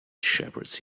shepherds